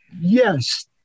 Yes